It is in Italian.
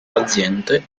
paziente